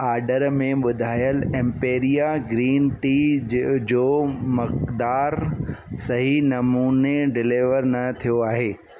order में ॿुधायलु Emperia green tea जे जो मक़दारु सही नमूने डिलीवर न थियो आहे